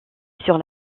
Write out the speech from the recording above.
sur